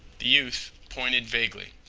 the youth pointed vaguely.